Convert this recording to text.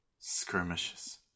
skirmishes